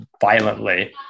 violently